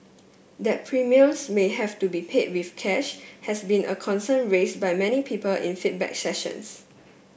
that premiums may have to be paid with cash has been a concern raised by many people in feedback sessions